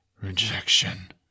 rejection